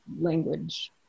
language